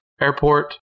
airport